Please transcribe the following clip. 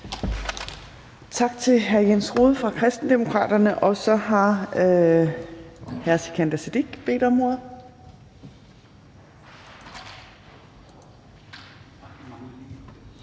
Tak til hr. Jens Rohde fra Kristendemokraterne. Så har hr. Sikandar Siddique bedt om ordet.